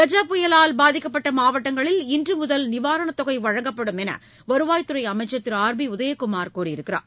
கஜ புயலால் பாதிக்கப்பட்ட மாவட்டங்களில் இன்று முதல் நிவாரணத் தொகை வழங்கப்படும் என்று வருவாய்த்துறை அமைச்சர் திரு ஆர் பி உதயகுமார் கூறியிருக்கிறார்